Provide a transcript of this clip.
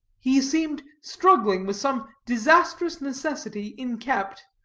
he seemed struggling with some disastrous necessity inkept.